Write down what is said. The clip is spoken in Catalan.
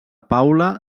paula